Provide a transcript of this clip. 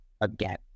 again